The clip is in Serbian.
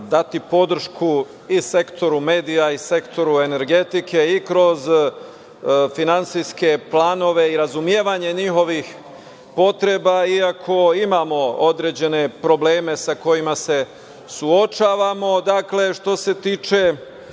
dati podršku i sektoru medija i sektoru energetike i kroz finansijske planove i razumevanje njihovih potreba, iako imamo određene probleme sa kojima se suočavamo. Dakle, što se tiče